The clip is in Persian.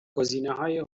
گزینههای